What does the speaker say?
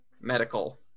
medical